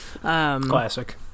Classic